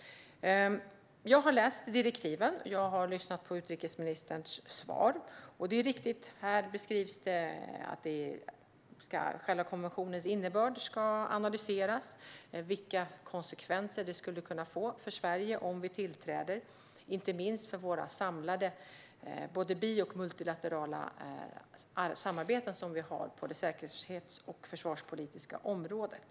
Jag har läst direktiven, och jag har lyssnat på utrikesministerns svar. Det är riktigt att här beskrivs att man ska analysera själva konventionens innebörd och vilka konsekvenser det skulle kunna få för Sverige om vi tillträder, inte minst för våra samlade både bi och multilaterala samarbeten som vi har på det säkerhets och försvarspolitiska området.